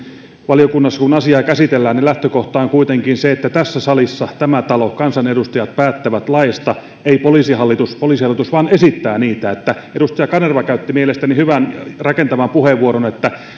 valiokunnassa kun asiaa käsitellään niin lähtökohta on kuitenkin se että tässä salissa tässä talossa päätetään kansanedustajat päättävät laeista ei poliisihallitus poliisihallitus vain esittää niitä edustaja kanerva käytti mielestäni hyvän rakentavan puheenvuoron että